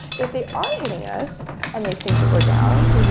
if they are hitting us and they think that we're down,